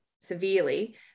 severely